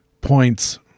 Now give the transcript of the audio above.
points